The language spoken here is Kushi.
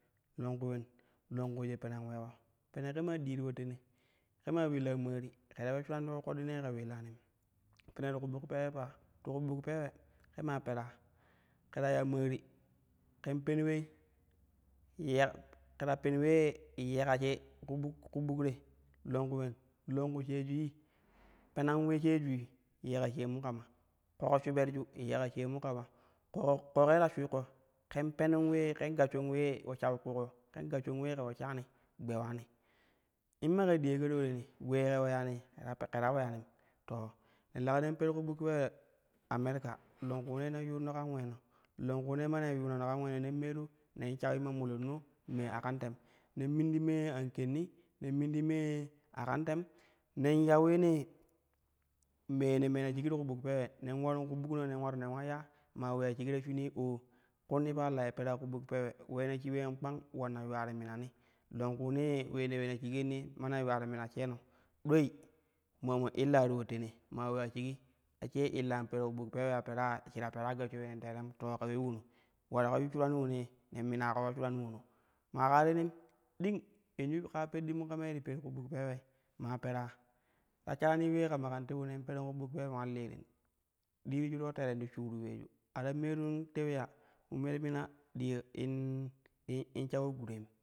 Longku ulen longku ye penan uleeko, pene ke maa dii ti po tene ke maa milaa maari ke ta ule shuran ti ku ƙoɗɗi nee ke uliilanin pene ti ku ɓuk peewe pa, ti ku buk peewe ke maa pera ke ta ya maari ken pen ulei, yek ke ta pene ulee yeka she ku buk te longku ulen longlu sheejui, penan ule sheejui yeka shenju kama, ƙoƙo shubatju yeka shemu kama, keƙo ƙoƙo ye ta shukko ƙen penan ulee ƙen gashshon ulee po shawin ƙuuƙo ƙen gashshon ulee po shawin ƙuuƙo ƙen gashsho ulee ƙe pe shani gbe ulani, in make diyake ti po te ne ulee ta tileyanii ke ta aseyanim to ne leka nen per ku buk peewe america longkuunee nen yuuro ƙan uleno longkuunee mane yuunano kan ulene nen meen nen shawin mamolomno mee a kan ten nen min ti me an ƙenni nen min ti me a ƙan tem, nen ya uleene luee ne ena shigi ti ku buk peewe nen ularin ku bukno nen ulam yen on ya, maa uleya shigi ta shinii oo kuuni pa la ye pera ku buk peewe ulena shik uleen kpang ulanna yuwa ti minni lou gkuunee ulee ne ulena shigi yenni man yuwa ti mina sheeno dukei maa mo illa ti po tene maa uleya shigi a sai illa in per ku buk peewe ya peraa shi ta pera gashsho uleen teerem to a iue ulono, ulano ke yu shuranni ulorei ne mimako po shirani ulono maa ƙaa te nem ding yanʒi ƙaa ƙoddi mu kama ye ti per ku buk peewei, maa pera ta sharanni ulee kama kan te iuono ula pereu ku buk peewe ula liriu, diiriju ti po tere ti shuru uleju. A ta merun turui ya mo me ti mina ɗiya in-in in sha po guraim.